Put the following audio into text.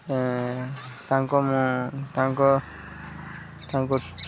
ତାଙ୍କୁ ମୁଁ ତାଙ୍କ ତାଙ୍କୁ